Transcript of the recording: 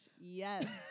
Yes